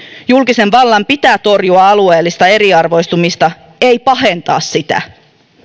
julkisen vallan pitää torjua alueellista eriarvoistumista ei pahentaa sitä